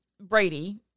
Brady